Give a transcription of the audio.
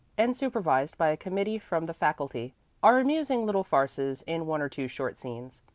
and supervised by a committee from the faculty are amusing little farces in one or two short scenes.